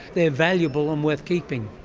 they are valuable and worth keeping?